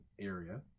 area